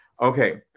Okay